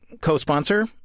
co-sponsor